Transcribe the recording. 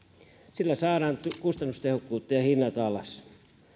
sillä saadaan kustannustehokkuutta ja hinnat alas